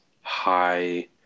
high –